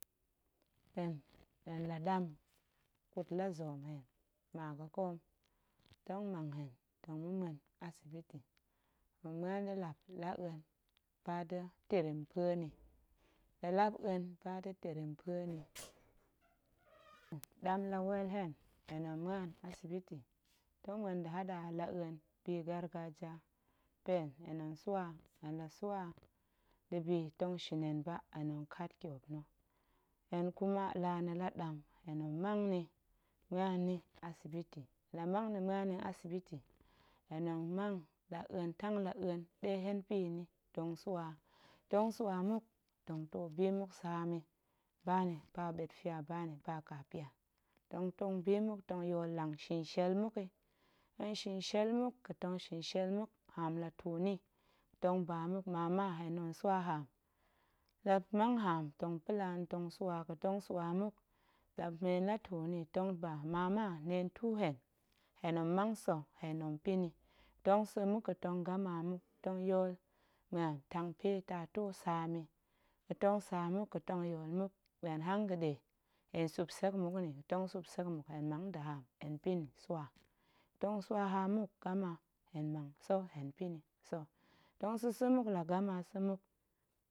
Hen, hen la ɗam, ƙut lazoom hen maga̱ƙoom, muop tong mang hen tong ma̱ muen asibiti, tong muan nda̱ lap la a̱en ba da̱ tirim pue nni, la lap a̱en ba da̱ tirim pue nni, ɗam la weel hen, hen tong muan asibiti, muop tong muen da̱ haɗa la a̱en bi gargaja pa̱ hen, na̱ swa, hen la swa nda̱bi tong shin hen ba, hen tong kat tyop na̱, hen kuma laa na̱ la ɗam, hen tong mang ni muan nni asibiti, la mang ni muan nni asibiti, hen tong mang la a̱en tang la a̱en ɗe hen pa̱ yi nni tong swa, ga̱ tong swa muk tong too bi muk saam yi ba ni ba ɓetfia ba ni ba ƙapyan, tong tong bi muk tog yool lang shinshiel muk yi, tong shinshiel muk ga̱tong shinshiel muk haam la tuu ni, tong ba muk mama hen tong swa haam, la mang haam tong pa̱ laa na̱ tong swa ga̱tong swa muk, jab neen la tuu ni tong ba mama neen tuu hen, hen nong mang sa̱ hen nong pa̱ni, tong sa̱ muk ga̱tong gama muk, tong yool muan tang pe taa too saam yi, ga̱tong saam muk ga̱tong yool muk, ɓuan hanga̱ɗe supsek muk nni, ga̱tong sup sek muk hen mang nda̱ haam hen pa̱ni swa, ga̱tong swa haam muk gama hen mang sa̱ hen pa̱ni sa̱, tong sa̱sạ muk la gama sa̱ muk.